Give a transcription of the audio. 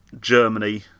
Germany